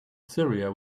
syria